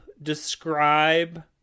describe